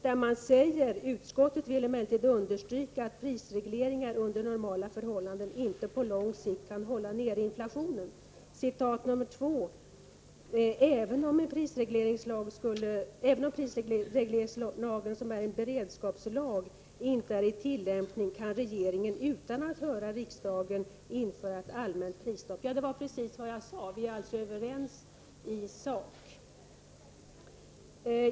Där säger man: ”Utskottet vill emellertid understryka att prisregleringar under normala förhållanden inte på lång sikt kan hålla nere inflationen.” Citat nr 2: ”——— även om prisregleringslagen, som är en beredskapslag, inte är i tillämpning kan regeringen utan att höra riksdagen införa ett allmänt prisstopp.” Det var precis vad jag sade. Vi är alltså överens i sak.